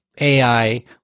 AI